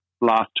last